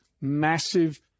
massive